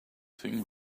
thing